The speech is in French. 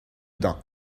dent